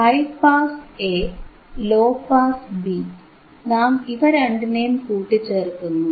high pass A low pass B നാം ഇവ രണ്ടിനെയും കൂട്ടിച്ചേർക്കുന്നു